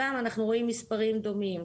אנחנו רואים גם מספרים דומים.